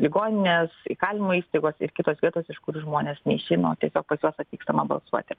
ligoninės įkalinimo įstaigos ir kitos vietos iš kur žmonės neišeina o tiesiog pas juos atvykstama balsuoti